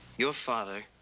your father.